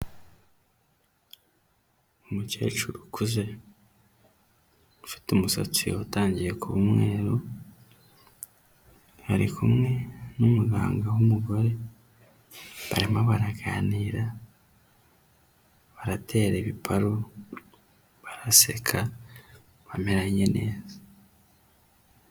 Umukecuru ukuze ufite umusatsi watangiye kuba umweru ari kumwe n'umuganga w'umugore barimo baraganira baratera ibiparo baraseka bameranye neza.